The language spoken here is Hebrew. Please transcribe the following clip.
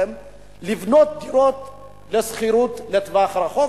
לבנות דירות לשכירות לטווח ארוך,